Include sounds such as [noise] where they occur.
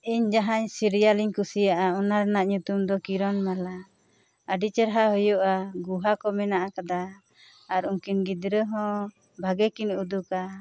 ᱤᱧ ᱡᱟᱦᱟᱸ ᱥᱤᱨᱤᱭᱟᱞᱤᱧ ᱠᱩᱥᱤᱭᱟᱜᱼᱟ ᱚᱱᱟ ᱨᱮᱱᱟᱜ ᱧᱩᱛᱩᱢ ᱫᱚ ᱠᱤᱨᱚᱱ ᱢᱟᱞᱟ ᱟᱹᱰᱤ ᱪᱮᱦᱨᱟ ᱦᱩᱭᱩᱜᱼᱟ ᱜᱚᱦᱟ ᱠᱚ ᱢᱮᱱᱟᱜ ᱟᱠᱟᱫᱟ ᱟᱨ ᱩᱱᱠᱤᱱ ᱜᱤᱫᱽᱨᱟᱹ ᱦᱚᱸ [unintelligible] ᱵᱷᱟᱜᱮ ᱠᱤᱱ ᱩᱫᱩᱜᱟ